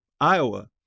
Iowa